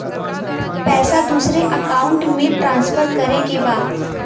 पैसा दूसरे अकाउंट में ट्रांसफर करें के बा?